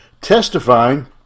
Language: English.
testifying